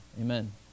Amen